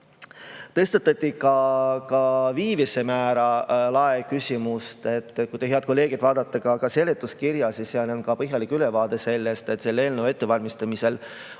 Tõstatati ka viivise määra lae küsimus. Kui te, head kolleegid, vaatate seletuskirja, siis seal on ülevaade sellest, et selle eelnõu ettevalmistamisel